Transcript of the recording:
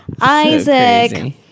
Isaac